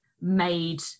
made